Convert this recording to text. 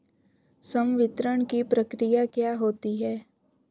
संवितरण की प्रक्रिया क्या होती है?